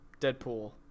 Deadpool